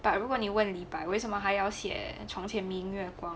but 如果你问李白为什么他要写床前明月光